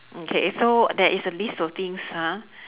okay so there is a list of things ha